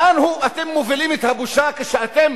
לאן אתם מובילים את הבושה כשאתם